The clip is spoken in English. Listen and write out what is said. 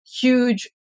huge